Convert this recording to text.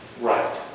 Right